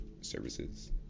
services